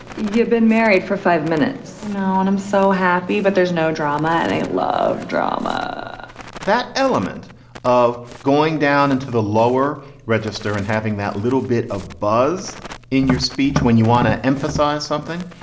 you've been married for five minutes now and i'm so happy, but there's no drama. and i love drama that element of going down into the lower register and having that little bit of buzz in your speech when you want to emphasize something,